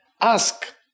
ask